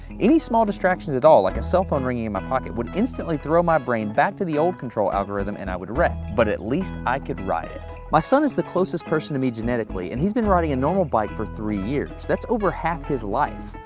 any small distractions at all, like a cellphone ringing in my pocket, would instantly throw my brain back to the old control algorithm and i would wreck. but at least i could ride it. my son is the closest person to me genetically and he's been riding a normal bike for three years, that's over half his life.